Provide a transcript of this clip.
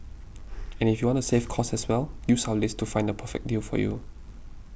and if you want to save cost as well use our list to find a perfect deal for you